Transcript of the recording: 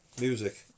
Music